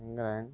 England